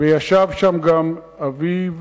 וישב שם גם אביו,